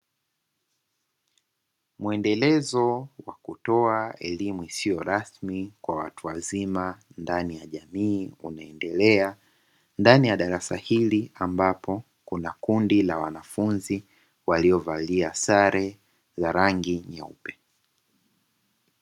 Mwendelezo wa kutoa elimu isiyo rasmi kwa watu wazima ndani ya jamii, unaendelea ndani ya darasa hili, ambapo kuna kundi la wanafunzi waliovalia sare za rangi nyeupe.